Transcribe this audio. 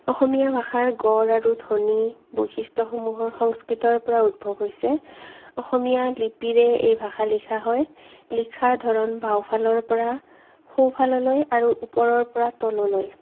অসমীয়া ভাষাৰ গঢ় আৰু ধ্বনি বৈশিষ্ট্য়সমূহৰ সংস্কৃতৰ পৰা উদ্ভৱ হৈছে অসমীয়া লিপিৰে এই ভাষা লিখা হয় লিখাৰ ধৰণ বাওঁফালৰ পৰা সোঁফাললৈ আৰু ওপৰৰ পৰা তললৈ